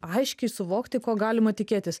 aiškiai suvokti ko galima tikėtis